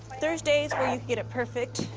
there's days where you get it perfect,